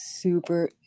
super